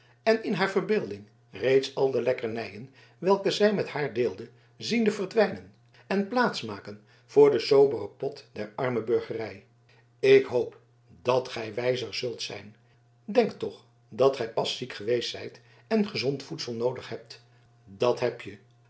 en in haar verbeelding reeds al de lekkernijen welke zij met haar deelde ziende verdwijnen en plaats maken voor den soberen pot der arme burgerij ik hoop dat gij wijzer zult zijn denk toch dat gij pas ziek geweest zijt en gezond voedsel noodig hebt dat hebje